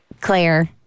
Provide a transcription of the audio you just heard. Claire